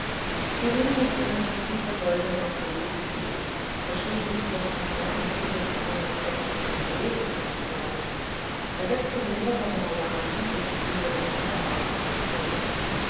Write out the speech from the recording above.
er ging mit einer tiefen verbeugung auf felix zu er schien vor einer dame dieses ranges etwas in verlegenheit zu sein er setzte mehreremal an bis es ihm gelang geordnet zu sprechen